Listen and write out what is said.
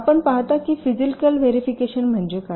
आपण पहाता की फिजीकल व्हेरिफिकेशन म्हणजे काय